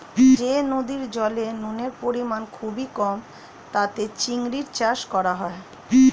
যে নদীর জলে নুনের পরিমাণ খুবই কম তাতে চিংড়ির চাষ করা হয়